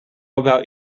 about